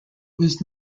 was